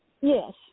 Yes